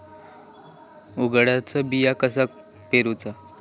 उडदाचा बिया कसा पेरूचा?